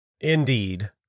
Indeed